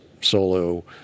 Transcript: solo